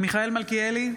מיכאל מלכיאלי,